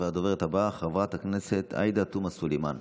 הדוברת הבאה, חברת הכנסת עאידה תומא סלימאן.